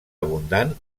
abundant